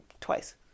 twice